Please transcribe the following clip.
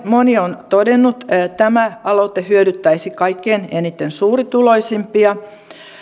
moni on todennut tämä aloite hyödyttäisi kaikkein eniten suurituloisimpia